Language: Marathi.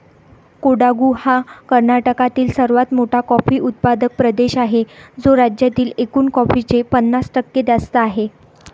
कोडागु हा कर्नाटकातील सर्वात मोठा कॉफी उत्पादक प्रदेश आहे, जो राज्यातील एकूण कॉफीचे पन्नास टक्के जास्त आहे